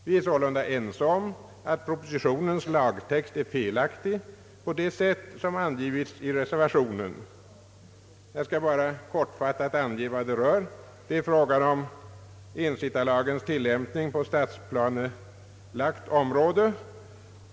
Vi är sålunda ense om att propositionens lagtext är felaktig på det sätt som angivits i reservationen. Jag skall bara kortfattat ange vad det rör. Det är fråga om ensittarlagens tillämpning på stadsplanelagt område.